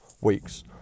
weeks